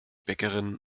bäckerin